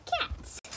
cats